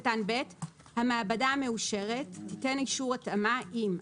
" (ב)המעבדה המאושרת תיתן אישור התאמה אם,